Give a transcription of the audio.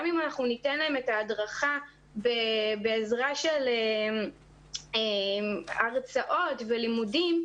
גם אם ניתן להן את ההדרכה בעזרה של הרצאות ולימודים,